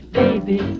baby